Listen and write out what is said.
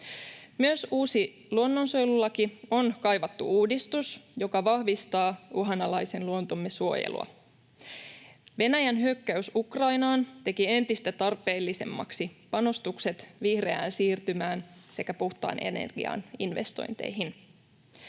Myös uusi luonnonsuojelulaki on kaivattu uudistus, joka vahvistaa uhanalaisen luontomme suojelua. Venäjän hyökkäys Ukrainaan teki entistä tarpeellisemmaksi panostukset vihreään siirtymään sekä puhtaan energian investointeihin.